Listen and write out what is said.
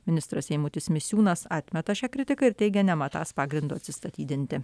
ministras eimutis misiūnas atmeta šią kritiką ir teigia nematąs pagrindo atsistatydinti